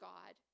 God